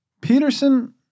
Peterson